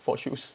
for shoes